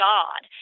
God